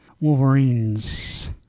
Wolverines